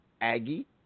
Aggie